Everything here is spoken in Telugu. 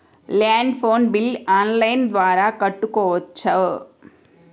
ల్యాండ్ ఫోన్ బిల్ ఆన్లైన్ ద్వారా కట్టుకోవచ్చు?